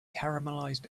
caramelized